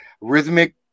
Rhythmic